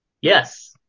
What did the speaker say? Yes